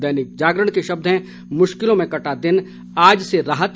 दैनिक जागरण के शब्द हैं मुश्किलों में कटा दिन आज से राहत